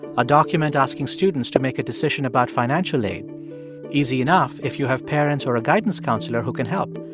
a document asking students to make a decision about financial aid easy enough if you have parents or a guidance counselor who can help.